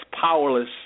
powerless